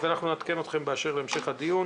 אנחנו נעדכן אתכם באשר להמשך הדיון.